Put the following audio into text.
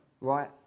Right